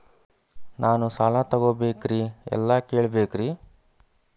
ನಾನು ಸಾಲ ತೊಗೋಬೇಕ್ರಿ ಎಲ್ಲ ಕೇಳಬೇಕ್ರಿ?